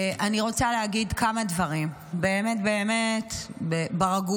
אני רוצה להגיד כמה דברים באמת באמת ברגוע.